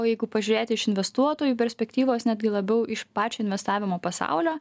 o jeigu pažiūrėti iš investuotojų perspektyvos netgi labiau iš pačio investavimo pasaulio